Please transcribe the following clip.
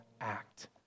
act